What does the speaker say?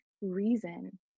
reason